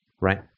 right